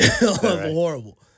Horrible